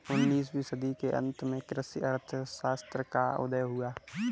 उन्नीस वीं सदी के अंत में कृषि अर्थशास्त्र का उदय हुआ